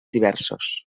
diversos